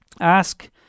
Ask